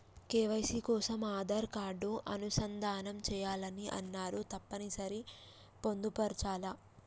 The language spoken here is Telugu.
కే.వై.సీ కోసం ఆధార్ కార్డు అనుసంధానం చేయాలని అన్నరు తప్పని సరి పొందుపరచాలా?